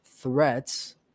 threats